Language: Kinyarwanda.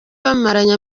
bamaranye